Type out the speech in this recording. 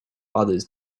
others